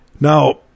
Now